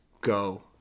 go